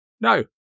No